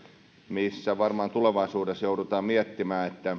missä varmaan tulevaisuudessa joudutaan miettimään